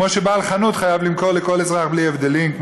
כמו שבעל חנות חייב למכור לכל אזרח בלי הבדלים,